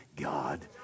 God